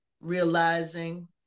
realizing